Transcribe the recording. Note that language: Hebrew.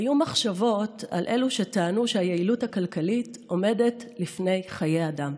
היו מחשבות על אלה שטענו שהיעילות הכלכלית עומדת לפני חיי אדם.